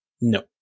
No